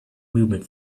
movement